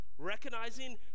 recognizing